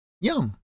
Yum